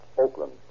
Oakland